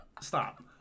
stop